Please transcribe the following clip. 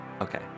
Okay